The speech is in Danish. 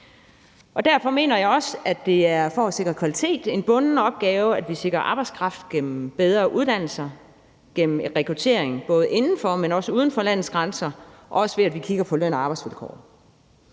Derfor mener jeg også, at det for at sikre kvalitet er en bunden opgave, at vi sikrer arbejdskraft gennem bedre uddannelser, gennem rekruttering både inden for og uden for landets grænser, og ved at vi kigger på løn og arbejdsvilkår.